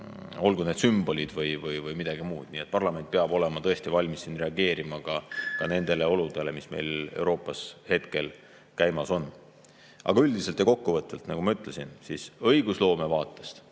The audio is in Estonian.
olgu need sümbolid või midagi muud. Nii et parlament peab olema tõesti valmis reageerima ka nendele oludele, mis Euroopas hetkel on. Aga üldiselt ja kokkuvõtvalt, nagu ma ütlesin, õigusloome vaatest